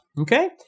okay